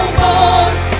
more